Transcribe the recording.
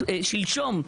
שלשום,